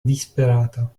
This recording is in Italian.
disperata